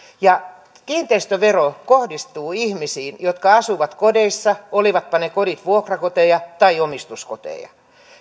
ja kiinteistövero kohdistuu ihmisiin jotka asuvat kodeissa olivatpa ne kodit vuokrakoteja tai omistuskoteja